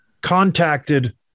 contacted